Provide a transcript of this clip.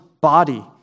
body